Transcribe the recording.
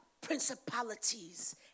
principalities